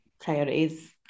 priorities